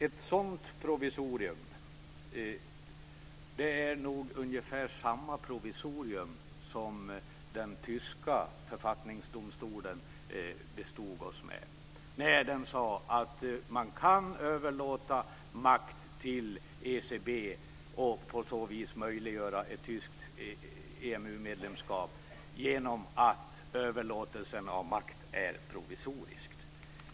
Ett sådant provisorium är nog ungefär samma provisorium som den tyska författningsdomstolen bestod oss med när den sade att man kan överlåta makt till ECB och på så vis möjliggöra ett tyskt EMU-medlemskap genom att överlåtelsen av makt är provisorisk.